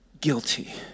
guilty